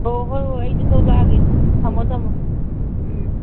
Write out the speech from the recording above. ꯑꯣ ꯍꯣꯏ ꯍꯣꯏ ꯑꯩꯁꯨ ꯊꯣꯛꯂꯛꯑꯥꯒꯦ ꯊꯝꯃꯣ ꯊꯝꯃꯣ ꯎꯝ